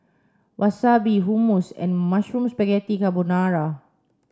Wasabi Hummus and Mushroom Spaghetti Carbonara